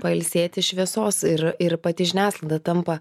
pailsėti šviesos ir ir pati žiniasklaida tampa